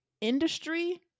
industry